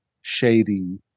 shady